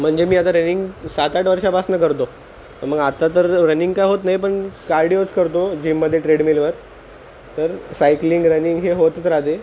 म्हणजे मी आता रनिंग सात आठ वर्षांपासून करतो तर मग आत्ता तर रनिंग काही होत नाही पण कार्डिओच करतो जिममध्ये ट्रेडमिलवर तर सायक्लिंग रनिंग हे होतच राहते आहे